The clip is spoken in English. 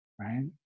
right